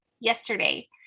yesterday